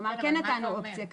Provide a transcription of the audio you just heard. כלומר, כן נתנו אופציה כזאת.